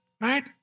Right